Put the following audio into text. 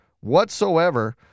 whatsoever